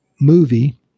movie